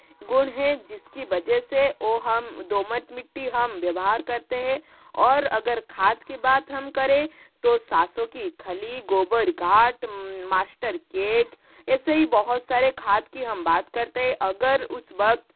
गुण है जिसकी वजह से वो हम दोमट मिट्टी हम व्यवहार करते हैं और अगर खाद की बात हम करें तो सरसों की खली गोबर काट मास्टर केक ऐसे ही बहुत सारे खाद की हम बात करते है अगर उस वक्त